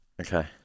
Okay